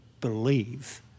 believe